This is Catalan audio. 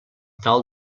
tal